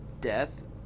death